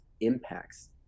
impacts